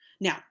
Now